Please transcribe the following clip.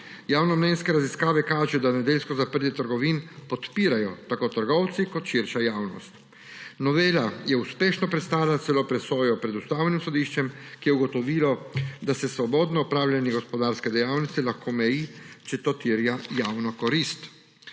Javnomnenjske raziskave kažejo, da nedeljsko zaprtje trgovin podpirajo tako trgovci kot širša javnost. Novela je uspešno prestala celo presojo pred Ustavnim sodiščem, ki je ugotovilo, da se svobodno opravljanje gospodarske dejavnosti lahko omeji, če to terja javna korist.